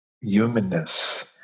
humanness